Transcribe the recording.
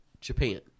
Japan